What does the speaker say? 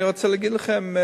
אני רוצה להגיד לכם,